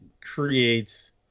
creates